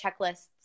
checklists